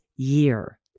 year